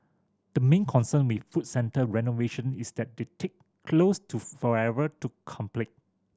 the main concern with food centre renovation is that they take close to forever to complete